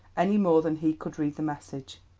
any more than he could read the message.